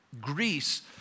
Greece